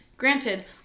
Granted